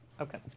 okay